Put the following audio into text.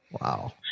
Wow